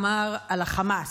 אמר על החמאס: